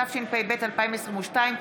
התשפ"ב 2022,